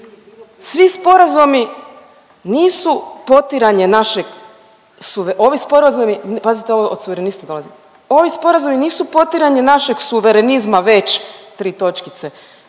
ovi sporazumi nisu potiranje našeg suverenizma već tri točkice,